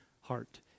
heart